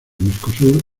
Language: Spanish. mercosur